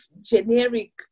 generic